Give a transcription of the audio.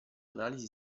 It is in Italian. analisi